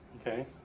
Okay